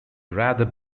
rather